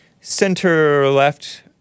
center-left